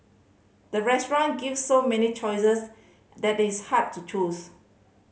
the restaurant gave so many choices that is hard to choose